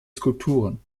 skulpturen